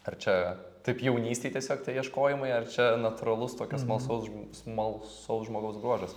ar čia taip jaunystėj tiesiog tie ieškojimai ar čia natūralus tokio smalsaus žm smalsaus žmogaus bruožas